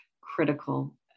critical